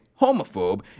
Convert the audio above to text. homophobe